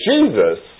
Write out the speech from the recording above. Jesus